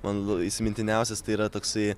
man įsimintiniausias tai yra toksai